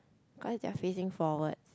because they are facing forwards